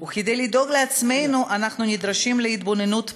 וכדי לדאוג לעצמנו אנחנו נדרשים להתבוננות פנימית,